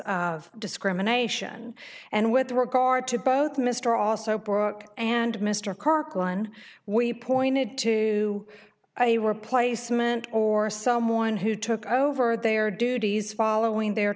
of discrimination and with regard to both mr also broke and mr kirk one we pointed to a replacement or someone who took over their duties following their